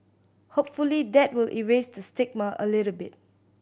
hopefully that will erase the stigma a little bit